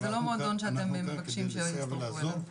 זה לא מועדון שאתם מבקשים שיצטרפו אליו.